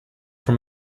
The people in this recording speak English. from